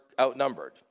outnumbered